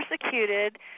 persecuted